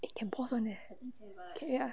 it can pause [one] eh 可以呀